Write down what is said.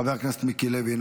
חבר הכנסת מיקי לוי,